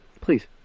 Please